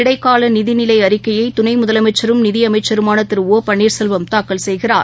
இடைக்காலநிதிநிலைஅறிக்கையை துணைமுதலமைச்சரும் நிதிஅமைச்சருமானதிரு ஒ பன்னீர்செல்வம் தாக்கல் செய்கிறார்